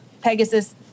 Pegasus